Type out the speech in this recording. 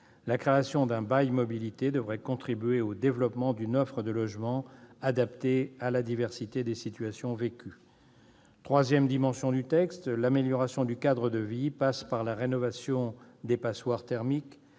La création d'un bail mobilité devrait contribuer au développement d'une offre de logements adaptés à la diversité des situations vécues. Troisième dimension du texte, l'amélioration du cadre de vie passe par la rénovation des passoires thermiques.